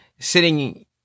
sitting